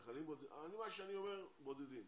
אני אומר: בודדים.